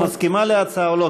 גברתי מסכימה להצעה או לא?